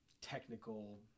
Technical